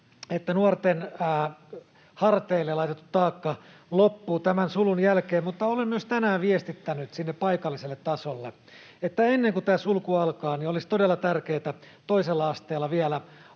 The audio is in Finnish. että nuorten harteille laitettu taakka loppuu tämän sulun jälkeen. Mutta olen myös tänään viestittänyt sinne paikalliselle tasolle, että ennen kuin tämä sulku alkaa, niin olisi todella tärkeätä toisella asteella vielä